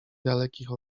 dalekich